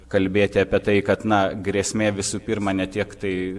kalbėti apie tai kad na grėsmė visų pirma ne tiek tai